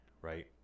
right